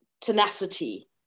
tenacity